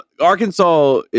Arkansas